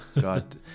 God